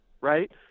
Right